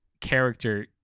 character